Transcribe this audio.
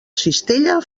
cistella